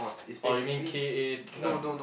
orh you mean K A doub~